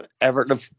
Everton